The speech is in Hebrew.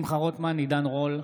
שמחה רוטמן, אינו נוכח עידן רול,